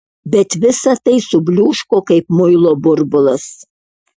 bet visa tai subliūško kaip muilo burbulas